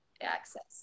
access